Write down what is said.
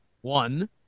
One